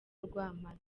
rwampara